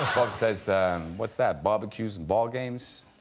bob says what's that barbecues and ballgames?